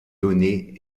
données